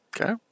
Okay